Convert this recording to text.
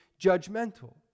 judgmental